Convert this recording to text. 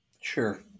Sure